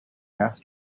gas